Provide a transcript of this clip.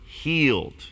healed